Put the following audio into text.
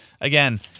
Again